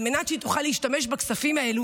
על מנת שהיא תוכל להשתמש בכספים האלה